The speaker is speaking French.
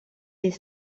les